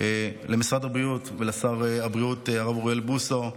למשרד הבריאות ולשר הבריאות הרב אוריאל בוסו,